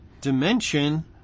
dimension